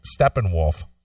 steppenwolf